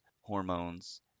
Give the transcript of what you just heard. hormones